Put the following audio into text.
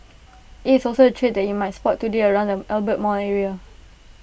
IT is also A trade that you might spot today around the Albert mall area